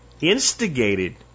instigated